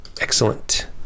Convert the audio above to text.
Excellent